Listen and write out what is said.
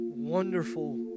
Wonderful